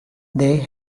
they